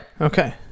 Okay